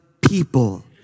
people